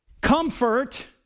Comfort